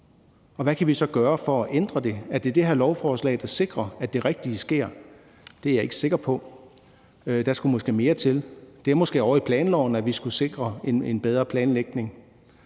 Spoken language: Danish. hvad kan vi så gøre for at ændre det? Er det det her lovforslag, der sikrer, at det rigtige sker? Det er jeg ikke sikker på. Der skulle måske mere til. Det er måske ovre i planloven, at vi skulle sikre en bedre planlægning.